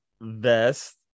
vest